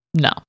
No